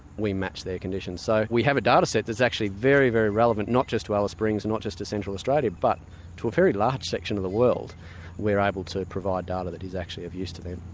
we match their conditions. so we have a dataset that's actually very, very relevant not just to alice springs, not just to central australia but to a very large section of the world we're able to provide data that is actually of use to them.